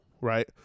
right